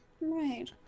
Right